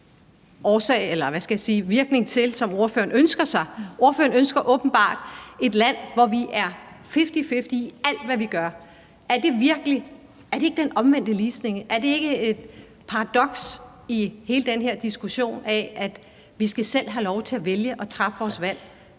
kommer til at have den rette virkning, som ordføreren ønsker sig? Ordføreren ønsker åbenbart et land, hvor vi er fifty-fifty i alt, hvad vi gør. Er det ikke den omvendte ligestilling? Er det ikke et paradoks i hele den diskussion af, at vi selv skal have lov til at vælge og træffe vores valg?